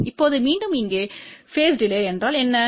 இப்போது மீண்டும் இங்கே பேஸ் டிலே என்றால் என்ன